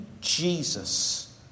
Jesus